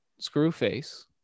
Screwface